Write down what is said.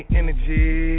energy